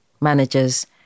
managers